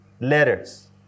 Letters